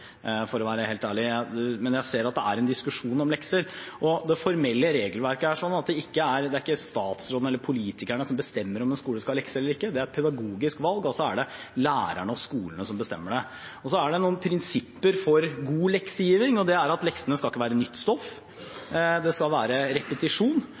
for å være helt ærlig, men jeg ser at det er en diskusjon om lekser. Det formelle regelverket er slik at det er ikke statsråden eller politikerne som bestemmer om en skole skal ha lekser eller ikke. Det er et pedagogisk valg, altså er det lærerne og skolene som bestemmer det. Så er det noen prinsipper for god leksegivning. Det er at leksene ikke skal være nytt stoff, det skal være repetisjon, og det må selvfølgelig heller ikke være